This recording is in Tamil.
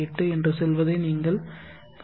648 என்று செல்வதை நீங்கள் காண்பீர்கள்